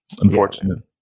unfortunately